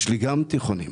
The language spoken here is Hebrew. יש לי גם תיכונים.